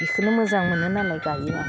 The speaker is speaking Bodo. बेखौनो मोजां मोनो नालाय गायो आं